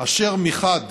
אשר מחד